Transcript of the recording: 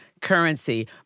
currency